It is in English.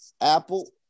Apple